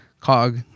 cog